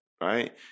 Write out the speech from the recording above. Right